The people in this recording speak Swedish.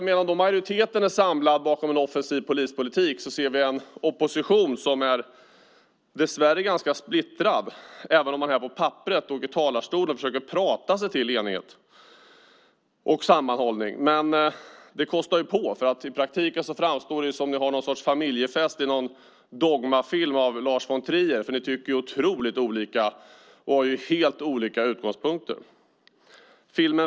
Medan majoriteten är samlad bakom en offensiv polispolitik ser vi en opposition som dess värre är ganska splittrad, även om man på papperet försöker framstå som enig och i talarstolen försöker prata sig till enighet och sammanhållning. Men det kostar på. I praktiken framstår det som om ni har någon sorts familjefest i någon dogmafilm av Lars von Trier - filmen Festen som ni kanske har sett - för ni tycker otroligt olika och har helt olika utgångspunkter.